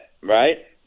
right